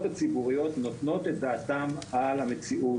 הציבוריות נותנות את דעתם על המציאות,